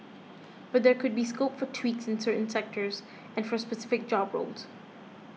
but there could be scope for tweaks in certain sectors and for specific job roles